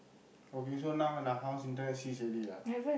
okay so now when our house Internet cease already ah